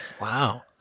Wow